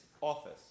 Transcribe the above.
office